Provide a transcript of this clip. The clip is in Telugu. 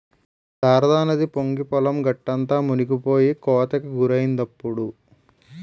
శారదానది పొంగి పొలం గట్టంతా మునిపోయి కోతకి గురైందిప్పుడు